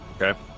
Okay